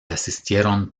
asistieron